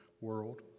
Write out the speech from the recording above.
world